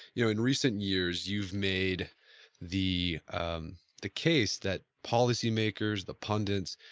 you know in recent years you've made the um the case that policy makers, the pundits,